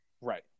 Right